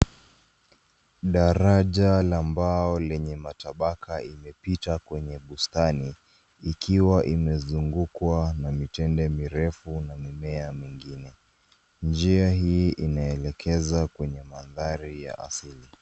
Daraja la mbao lenye matabaka imepita kwenye bustani ikiwa imezungukwa na mitende mirefu na mimea mengine. Njia hii inaelekeza kwenye mandhari ya asili.